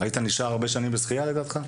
היית נשאר הרבה שנים בשחייה לדעתך.